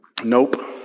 nope